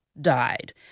died